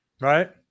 Right